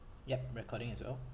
yup recording as well